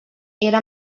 era